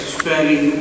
spending